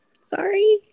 Sorry